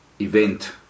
event